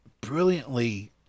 brilliantly